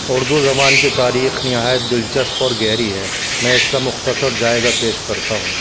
اردو زبان کی تاریخ نہایت دلچسپ اور گہری ہے میں اس کا مختصر جائزہ پیش کرتا ہوں